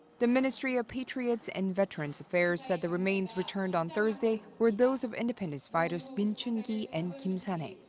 the ministry of patriots and veterans affairs said the remains returned on thursday were those of independence fighters min chun-gi and kim san-hae.